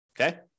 Okay